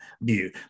view